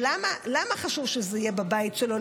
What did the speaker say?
ולמה חשוב שזה יהיה בבית שלו,